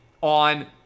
on